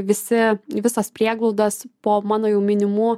visi į visas prieglaudas po mano jau minimų